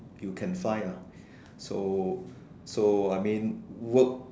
you can find lah so so I mean work